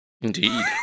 Indeed